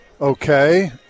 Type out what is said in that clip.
Okay